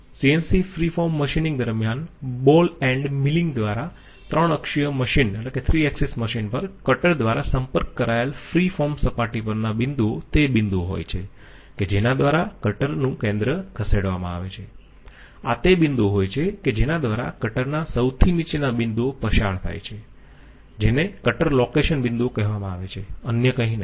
CNC free form machining દરમ્યાન ball end milling દ્વારા ત્રણ અક્ષીય મશીન પર કટર દ્વારા સંપર્ક કરાયેલ ફ્રી ફોર્મ સપાટી પરના બિંદુઓ તે બિંદુઓ હોય છે કે જેના દ્વારા કટરનું કેન્દ્ર ખસેડવામાં આવે છે આ તે બિંદુઓ હોય છે કે જેના દ્વારા કટર ના સૌથી નીચેના બિંદુઓ પસાર થાય છે જેને કટર લોકેશન બિંદુઓ કહેવામાં આવે છે અન્ય કંઈ નહીં